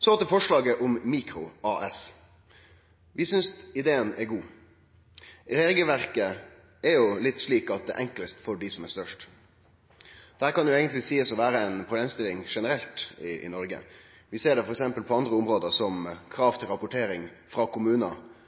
Så til merknaden om mikro-AS: Vi synest ideen er god. Regelverket er litt slik at det er enklast for dei som er størst. Dette kan eigentleg seiast å vere ei problemstilling generelt i Noreg. Vi ser det t.d. på andre område som krav til rapportering frå kommunar,